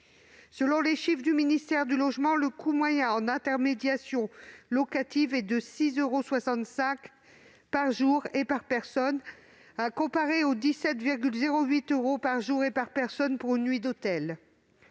Selon les chiffres de la ministre déléguée chargée du logement, le coût moyen en intermédiation locative est de 6,65 euros par jour et par personne, contre 17,08 euros par jour et par personne pour une nuit d'hôtel.